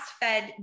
fed